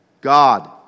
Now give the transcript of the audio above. God